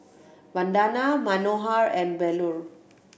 Vandana Manohar and Bellur